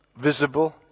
visible